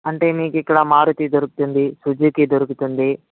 అంటే మీకు ఇక్కడ మారుతీ దొరుకుతుంది సుజుకి దొరుకుతుంది